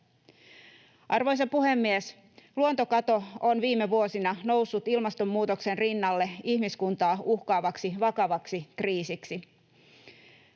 Arvoisa puhemies! Luontokato on viime vuosina noussut ilmastonmuutoksen rinnalle ihmiskuntaa uhkaavaksi vakavaksi kriisiksi,